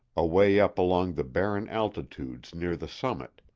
away up along the barren altitudes near the summit.